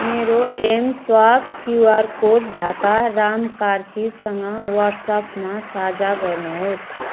मेरो mSwap QR code Dhakaram कार्कीसँग ह्वाट्सएपमा साझा गर्नुहोस्